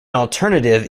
alternative